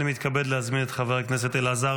אני מתכבד להזמין את חבר הכנסת אלעזר